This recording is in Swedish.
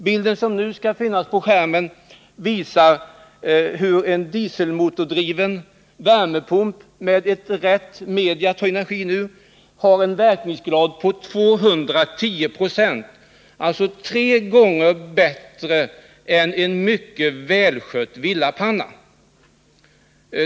Bilden som nu finns på skärmen visar hur en dieselmotordriven värmepump med rätt medium att ta energin ur har en verkningsgrad på 210 26, alltså tre gånger bättre än en mycket välskött villapanna.